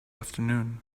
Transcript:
afternoon